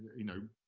you know,